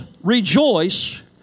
rejoice